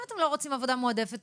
אם אתם לא רוצים עבודה מועדפת,